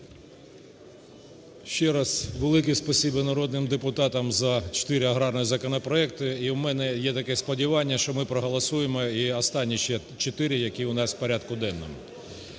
Ще раз велике спасибі народним депутатам за чотири аграрних законопроекти. І в мене є таке сподівання, що ми проголосуємо і останні ще чотири, які в нас у порядку денному.